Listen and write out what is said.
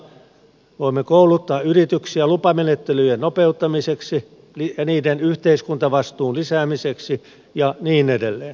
voimme kouluttaa yrityksiä lupamenettelyjen nopeuttamiseksi ja niiden yhteiskuntavastuun lisäämiseksi ja niin edelleen